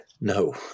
No